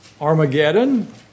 Armageddon